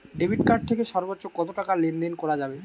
Debit card থেকে সর্বোচ্চ কত টাকা লেনদেন করা যাবে?